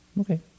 okay